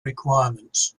requirements